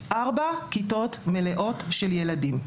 ארבע כיתות מלאות של ילדים.